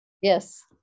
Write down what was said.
Yes